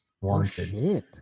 Wanted